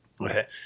Okay